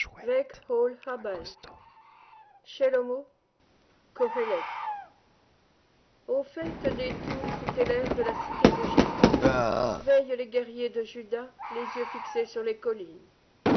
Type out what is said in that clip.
au faîte des tours tutélaires de la cité de jébus veillent les guerriers de juda les yeux fixés sur les collines